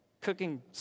Cooking